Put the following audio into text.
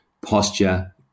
posture